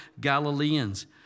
Galileans